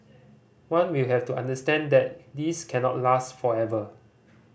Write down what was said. one will have to understand that this cannot last forever